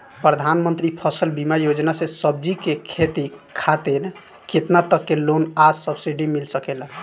प्रधानमंत्री फसल बीमा योजना से सब्जी के खेती खातिर केतना तक के लोन आ सब्सिडी मिल सकेला?